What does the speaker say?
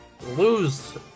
lose –